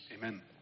Amen